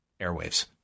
airwaves